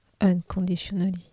unconditionally